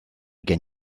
gen